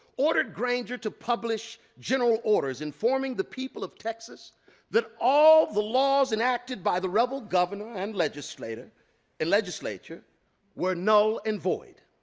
ordered granger to publish general orders informing the people of texas that all the laws enacted by the rebel governor and legislator and legislature were null and void,